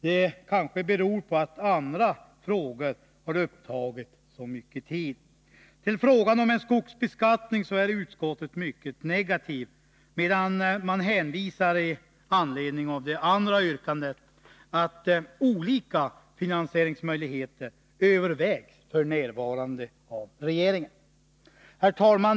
Det kanske beror på att andra frågor har tagit så mycket tid. Till frågan om en skogsbeskattning är utskottet mycket negativt, medan det med anledning av det andra yrkandet hänvisar till att olika finansieringsmöjligheter f. n. övervägs av regeringen. Herr talman!